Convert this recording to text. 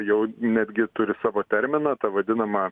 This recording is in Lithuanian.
jau netgi turi savo terminą ta vadinama